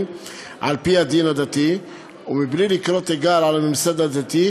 על-פי הדין הדתי ובלי לקרוא תיגר על הממסד הדתי,